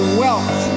wealth